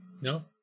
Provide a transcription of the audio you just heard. no